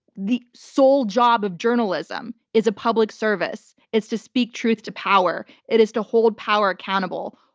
the sole job of journalism is a public service, it's to speak truth to power. it is to hold power accountable.